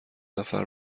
نفر